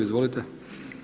Izvolite.